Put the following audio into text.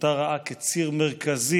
שאותה ראה כציר מרכזי